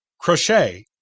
crochet